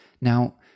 now